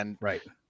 Right